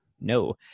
No